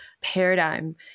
paradigm